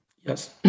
yes